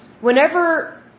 whenever